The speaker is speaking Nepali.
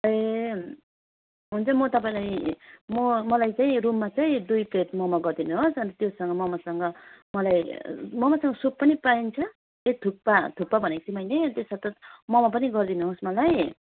ए हुन्छ म तपाईँलाई म मलाई चाहिँ रुममा चाहिँ दुई प्लेट मोमो गरिदिनुहोस् अन्त त्योसँग मोमोसँग मलाई मोमोसँग सुप पनि पाइन्छ ए थुक्पा थुक्पा भनेको थिएँ मैले त्यसमा त मोमो पनि गरिदिनुहोस् मलाई